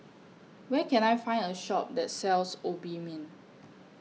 Where Can I Find A Shop that sells Obimin